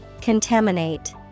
Contaminate